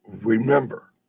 Remember